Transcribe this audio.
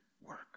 work